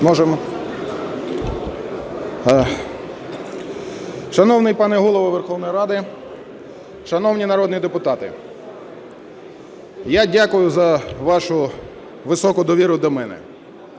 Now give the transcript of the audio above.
Шановний пане Голово Верховної Ради, шановні народні депутати! Я дякую за вашу високу довіру до мене.